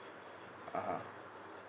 (uh huh)